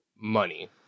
money